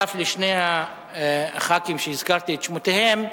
בנוסף לשני הח"כים שהזכרתי את שמותיהם,